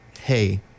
hey